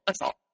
assault